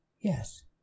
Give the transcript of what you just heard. Yes